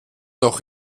noch